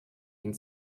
hin